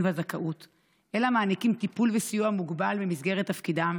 והזכאות אלא מעניקים טיפול וסיוע מוגבל במסגרת תפקידם,